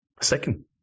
Second